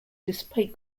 despite